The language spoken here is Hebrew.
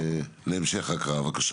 להמשך הקראה בבקשה.